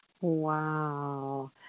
Wow